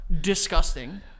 disgusting